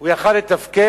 הוא יכול היה לתפקד?